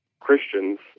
Christians